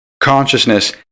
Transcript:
Consciousness